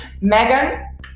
megan